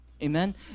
Amen